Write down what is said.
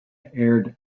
aired